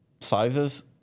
sizes